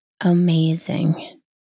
amazing